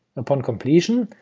upon completion,